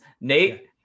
Nate